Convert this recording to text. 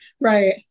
right